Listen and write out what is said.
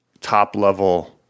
top-level